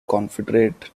confederate